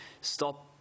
stop